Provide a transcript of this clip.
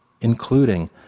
Including